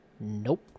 nope